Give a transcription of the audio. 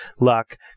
Luck